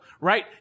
right